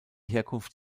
herkunft